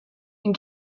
and